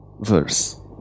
verse